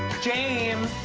james!